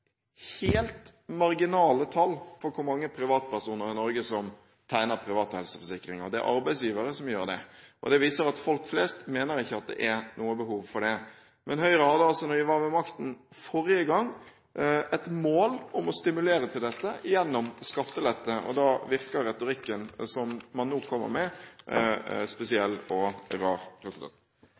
helt marginale tall på hvor mange privatpersoner i Norge som tegner private helseforsikringer. Det er arbeidsgivere som gjør det. Det viser at folk flest ikke mener at det er noe behov for det. Men Høyre hadde altså, da de satt med makten forrige gang, et mål om å stimulere til dette gjennom skattelette, og da virker retorikken som man nå kommer med, spesiell og rar.